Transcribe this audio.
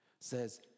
says